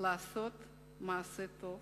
לעשות מעשה טוב